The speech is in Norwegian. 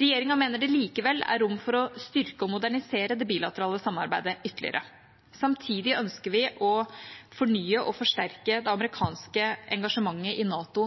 Regjeringa mener det likevel er rom for å styrke og modernisere det bilaterale samarbeidet ytterligere. Samtidig ønsker vi å fornye og forsterke det amerikanske engasjementet i NATO.